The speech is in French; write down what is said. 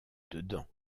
dedans